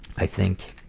i think